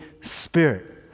Spirit